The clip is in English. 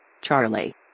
Charlie